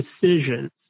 decisions